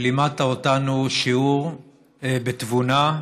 שלימדת אותנו שיעור בתבונה,